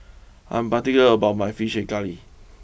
I'm particular about my Fish Head Curry